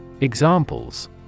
Examples